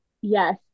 yes